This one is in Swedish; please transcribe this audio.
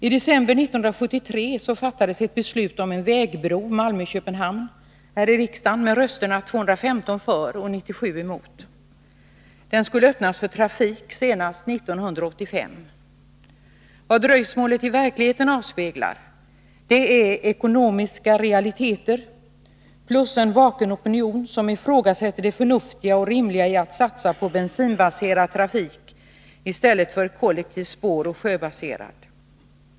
I december 1973 fattades det här i riksdagen, med 215 röster för och 97 mot, ett beslut om en vägbro mellan Malmö och Köpenhamn. Bron skulle öppnas för trafik senast 1985. Vad dröjsmålet i verkligheten avspeglar är ekonomiska realiteter, plus en vaken opinion, som ifrågasätter det förnuftiga och rimliga i att satsa på bensinbaserad trafik i stället för på kollektiv spåroch sjöbaserad trafik.